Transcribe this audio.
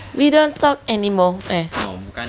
we don't talk anymore eh